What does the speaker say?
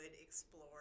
explore